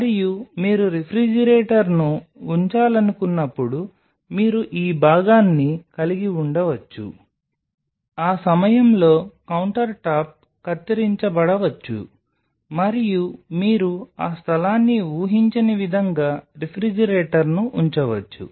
మరియు మీరు రిఫ్రిజిరేటర్ను ఉంచాలనుకున్నప్పుడు మీరు ఈ భాగాన్ని కలిగి ఉండవచ్చు ఆ సమయంలో కౌంటర్టాప్ కత్తిరించబడవచ్చు మరియు మీరు ఆ స్థలాన్ని ఊహించని విధంగా రిఫ్రిజిరేటర్ను ఉంచవచ్చు